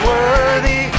Worthy